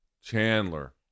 Chandler